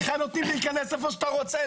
לך נותנים להיכנס לאן שאתה רוצה.